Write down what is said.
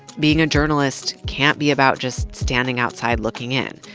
being a journalist can't be about just standing outside looking in.